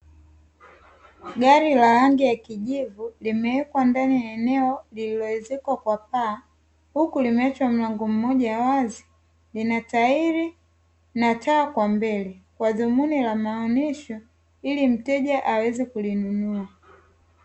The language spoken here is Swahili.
Gari la rangi ya kijivu limewekewa ndani ya eneo lililoezekwa kwa paa. Huku limeachwa mlango mmoja wazi lina tajiri na taa kwa mbele kwa dhumuni la maonyesho ili mteja aweze kulinunua.